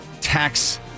tax